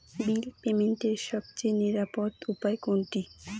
বিল পেমেন্টের সবচেয়ে নিরাপদ উপায় কোনটি?